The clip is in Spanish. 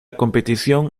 competición